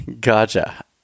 Gotcha